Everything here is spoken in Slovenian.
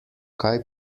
kaj